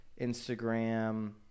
Instagram